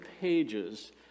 pages